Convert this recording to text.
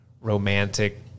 romantic